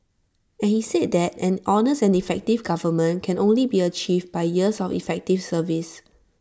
and he said that an honest and effective government can only be achieved by years of effective service